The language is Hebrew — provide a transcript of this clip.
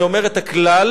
אני אומר את הכלל,